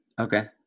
Okay